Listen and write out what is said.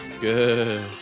Good